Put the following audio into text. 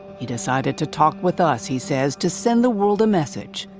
he decided to talk with us, he says, to send the world a message.